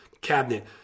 cabinet